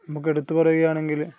നമുക്കെടുത്തു പറയുകയാണെങ്കില്